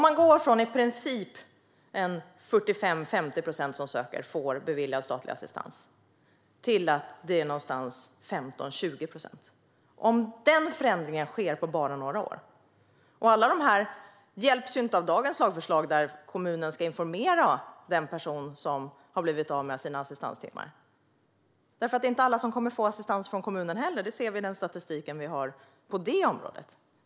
Man går från att det i princip är 45-50 procent av dem som söker som beviljas statlig assistans till att det är 15-20 procent. Och den förändringen sker på bara några år. Alla dessa hjälps ju inte av dagens lagförslag, där kommunen ska informera den person som har blivit av med sina assistanstimmar, för det är inte alla som kommer att få assistans från kommunen heller. Detta ser vi i den statistik vi har på det området.